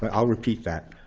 but i'll repeat that.